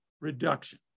reduction